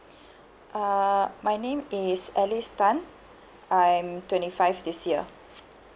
uh my name is alice tan uh I'm twenty five this year